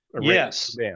yes